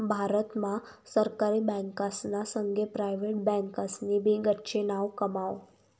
भारत मा सरकारी बँकासना संगे प्रायव्हेट बँकासनी भी गच्ची नाव कमाव